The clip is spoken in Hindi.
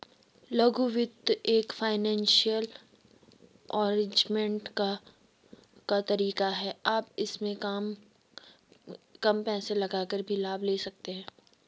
लघु वित्त एक फाइनेंसियल अरेजमेंट का तरीका है आप इसमें कम पैसे लगाकर भी लाभ ले सकते हैं